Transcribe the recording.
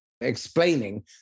explaining